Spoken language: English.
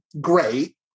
great